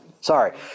sorry